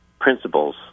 principles